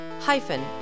Hyphen